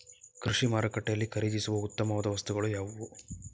ಕೃಷಿ ಮಾರುಕಟ್ಟೆಯಲ್ಲಿ ಖರೀದಿಸುವ ಉತ್ತಮವಾದ ವಸ್ತುಗಳು ಯಾವುವು?